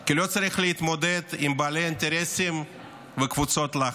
כי לא צריך להתמודד עם בעלי אינטרסים וקבוצות לחץ.